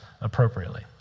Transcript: appropriately